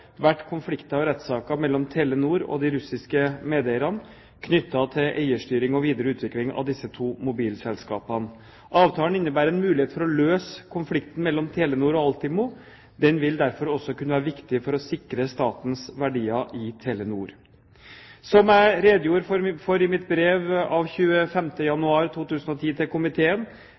vært konflikter og rettssaker mellom Telenor og de russiske medeierne knyttet til eierstyring og videre utvikling av disse to mobilselskapene. Avtalen innebærer en mulighet for å løse konflikten mellom Telenor og Altimo. Den vil derfor også kunne være viktig for å sikre statens verdier i Telenor. Som jeg redegjorde for i mitt brev av 25. januar 2010 til komiteen,